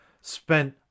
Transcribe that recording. spent